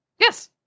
Yes